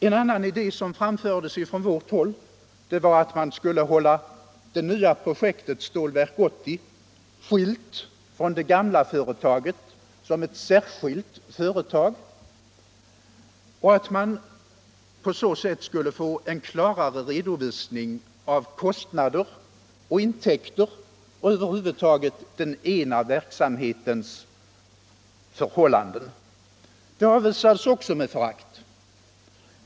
En annan idé som framfördes från vårt håll var att man skulle hålla det nya projektet Stålverk 80 skilt från det gamla företaget som ett särskilt företag för att man på så sätt skulle få en klarare redovisning av kostnader och intäkter och förhållanden över huvud taget i den nya verksamheten. Detta avvisades också med förakt.